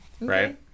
Right